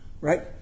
right